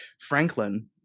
Franklin